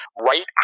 right